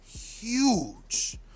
huge